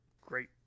great